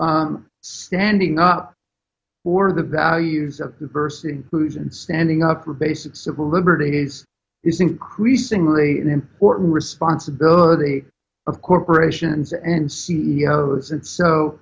standing up for the values of diversity foods and standing up for basic civil liberties is increasingly important responsibility of corporations and c e o s and so